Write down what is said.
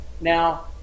Now